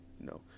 no